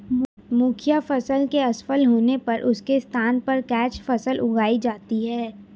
मुख्य फसल के असफल होने पर उसके स्थान पर कैच फसल उगाई जाती है